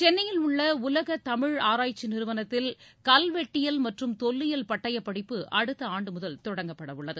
சென்னையில் உள்ள உலக தமிழ் ஆராய்ச்சி நிறுவனத்தில் கல்வெட்டியல் மற்றும் தொல்லியல் பட்டயப் படிப்பு அடுத்த ஆண்டு முதல் தொடங்கப்பட உள்ளது